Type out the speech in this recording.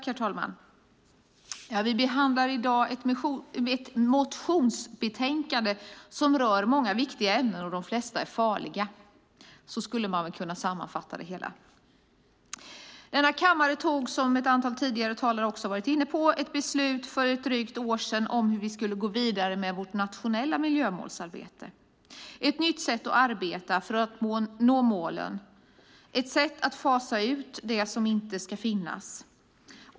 Herr talman! Vi behandlar i dag ett motionsbetänkande som rör många viktiga ämnen, och de flesta är farliga. Så skulle man kunna sammanfatta det hela. Denna kammare tog för ett drygt år sedan beslut om hur vi skulle gå vidare med vårt nationella miljömålsarbete. Det var ett nytt sätt att arbeta för att nå målen, ett sätt att fasa ut det som inte ska finnas.